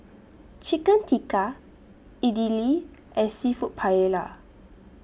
Chicken Tikka Idili and Seafood Paella